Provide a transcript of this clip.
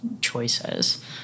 choices